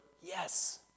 Yes